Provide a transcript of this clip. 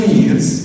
years